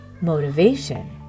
motivation